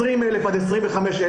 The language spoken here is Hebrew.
20 אלף עד 25 אלף,